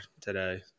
today